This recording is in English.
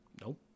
nope